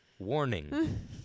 warning